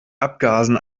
abgasen